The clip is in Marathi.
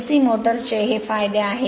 DC मोटर्सचे हे फायदे आहेत